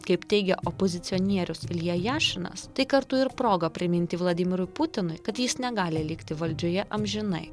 kaip teigia opozicionierius ilja jašinas tai kartu ir proga priminti vladimirui putinui kad jis negali likti valdžioje amžinai